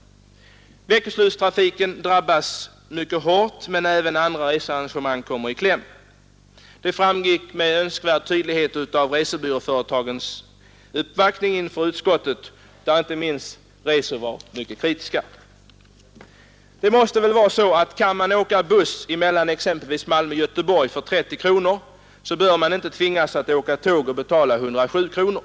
Veckoslutstrafiken drabbas mycket hårt, men även andra researrängemang kommer i kläm. Det framgick med önskvärd tydlighet av resebyråföretagens uppvaktning inför utskottet, där inte minst Reso uttalade sig kritiskt. Kan man åka buss mellan exempelvis Malmö och Göteborg för 30 kronor, bör man inte tvingas att åka tåg och betala 107 kronor.